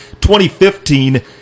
2015